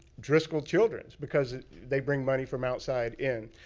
driscoll children's, because they bring money from outside in.